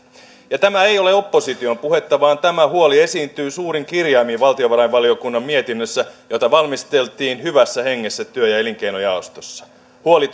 ja tämä ei ole opposition puhetta vaan tämä huoli esiintyy suurin kirjaimin valtiovarainvaliokunnan mietinnössä jota valmisteltiin hyvässä hengessä työ ja elinkeinojaostossa huoli